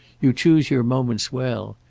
you choose your moments well.